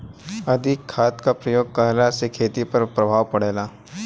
अधिक खाद क प्रयोग कहला से खेती पर का प्रभाव पड़ेला?